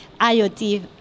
IoT